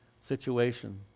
situation